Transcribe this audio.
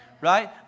right